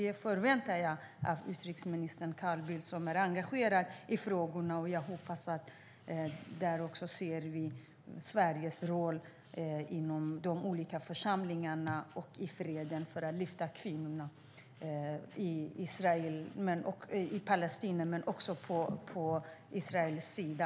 Jag förväntar mig att utrikesminister Carl Bildt, som är engagerad i frågorna, och Sverige tar en roll i de olika församlingarna för freden och för att lyfta fram kvinnorna i Palestina, men också kvinnorna på Israels sida.